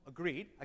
Agreed